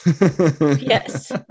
Yes